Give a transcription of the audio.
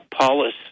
Paulus